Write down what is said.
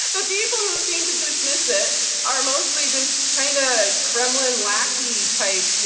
the people who seem to dismiss it are mostly just kinda kremlin lackey types, you